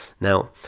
Now